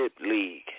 league